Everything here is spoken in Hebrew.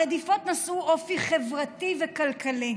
הרדיפות נשאו אופי חברתי וכלכלי: